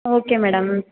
okay madam